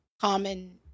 common